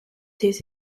his